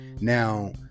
Now